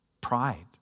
Pride